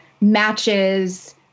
matches